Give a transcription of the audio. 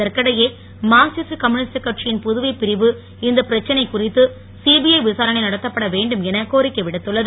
இதற்கிடையே Marxist communist கட்சியின் புதுவை பிரிவு இந்த பிரச்னை குறித்து சிபிஐ விசாரணை நடத்தப்பட வேண்டும் என கோரிக்கைவிடுத்துள்ளது